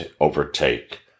overtake